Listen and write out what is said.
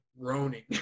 groaning